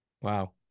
Wow